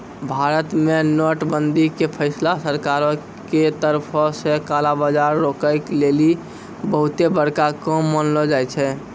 भारत मे नोट बंदी के फैसला सरकारो के तरफो से काला बजार रोकै लेली बहुते बड़का काम मानलो जाय छै